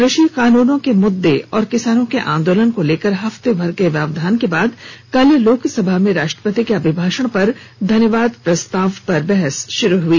कृषि कानूनों के मुद्दे और किसानों के आंदोलन को लेकर हफ्ते भर के व्यवधान के बाद कल लोकसभा में राष्ट्रपति के अभिभाषण पर धन्यवाद प्रस्ताव पर बहस शुरू हुई